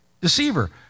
deceiver